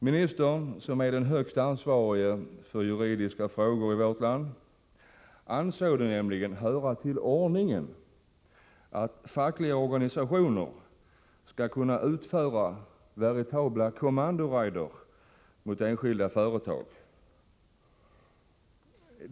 Ministern, som är den högste ansvarige för juridiska frågor i vårt land, ansåg det nämligen höra till ordningen att fackliga organisationer skall kunna utföra veritabla kommandoraider mot enskilda företag.